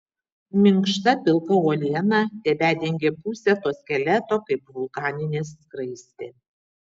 minkšta pilka uoliena tebedengė pusę to skeleto kaip vulkaninė skraistė